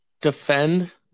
defend